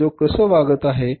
उद्योग कसा वागत आहे